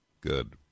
Good